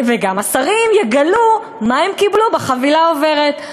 וגם השרים יגלו, מה הם קיבלו בחבילה העוברת.